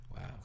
Wow